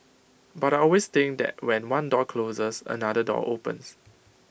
but I always think that when one door closes another door opens